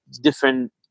different